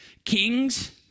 Kings